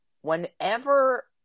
whenever